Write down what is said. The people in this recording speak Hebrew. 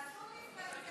אז תעשו דיפרנציאציה.